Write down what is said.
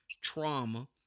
trauma